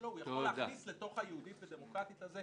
הישראלי לדמוקרטיה.